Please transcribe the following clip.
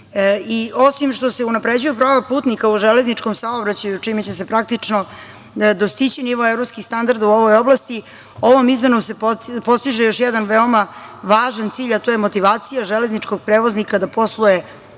biti. Osim što se unapređuju prava putnika u železničkom saobraćaju, čime će se praktično dostići nivo evropskih standarda u ovoj oblasti, ovom izmenom se postiže još jedan veoma važan cilj, a to je motivacija železničkog prevoznika da posluje